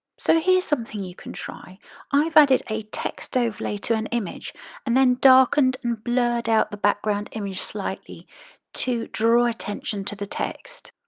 so here is something you can try i've added a text overlay to an image and then darkened and blurred out the background image slightly to draw attention to the text.